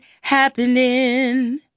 happening